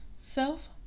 Self